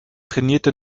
trainierte